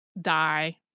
die